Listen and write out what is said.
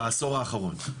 בעשור האחרון.